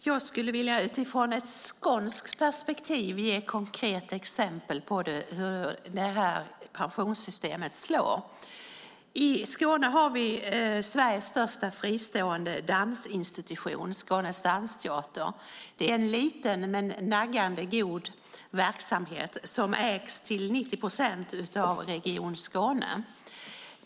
Herr talman! Jag skulle utifrån ett skånskt perspektiv vilja ge konkreta exempel på hur det här pensionssystemet slår. I Skåne har vi Sveriges största fristående dansinstitution, Skånes dansteater. Det är en liten men naggande god verksamhet som ägs till 90 procent av Region Skåne.